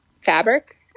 fabric